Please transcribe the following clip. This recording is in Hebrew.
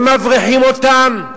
הם מבריחים אותם,